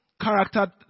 character